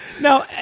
Now